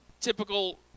typical